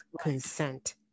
consent